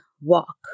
walk